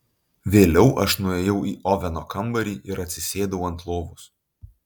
vėliau aš nuėjau į oveno kambarį ir atsisėdau ant lovos